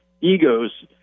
egos